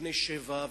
ובני שבע,